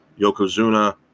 Yokozuna